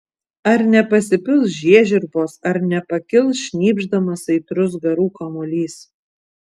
ar nepasipils žiežirbos ar nepakils šnypšdamas aitrus garų kamuolys